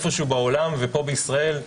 בעולם ופה בישראל.